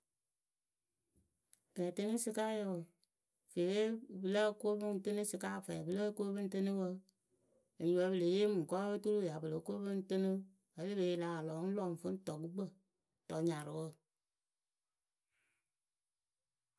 Fɛɛtɨnɨsɩkayǝ wǝǝ fee pɨ lóo ko pɨŋ tɨnɨ sɩka fɛɛ pɨ lóo ko pɨŋ tɨnɨ wǝǝ enyipǝ pɨ le yee mɨŋkɔwe oturu ya pɨ lóo ko pɨŋ tɨnɨ vǝ́ le pe yi lah lɔ ŋ lɔ ŋ fɨ ŋ tɔ gukpǝ tɔ nyarǝwǝ.